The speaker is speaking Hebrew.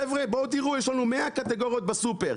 חבר'ה בואו תראו יש לנו 100 קטגוריות בסופר,